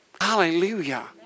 Hallelujah